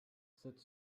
sept